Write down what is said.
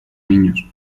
niños